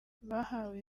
bahawe